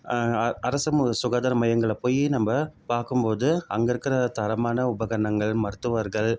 அரசு சுகாதார மையங்களை போய் நம்ம பார்க்கும் போது அங்கே இருக்கிற தரமான உபகரணங்கள் மருத்துவர்கள்